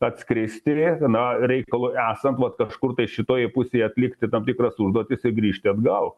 atskristi na reikalui esant vos kažkur šitoje pusėje atlikti tam tikras užduotis ir grįžti atgal